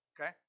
Okay